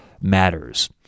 matters